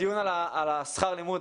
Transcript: הדיון על שכר הלימוד,